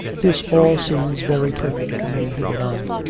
this all seems very perfect to me, he went on.